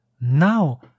Now